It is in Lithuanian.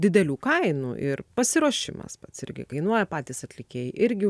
didelių kainų ir pasiruošimas pats irgi kainuoja patys atlikėjai irgi